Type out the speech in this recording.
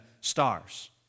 stars